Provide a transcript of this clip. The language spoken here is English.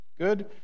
good